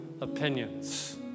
opinions